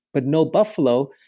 but no buffalo,